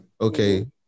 okay